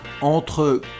entre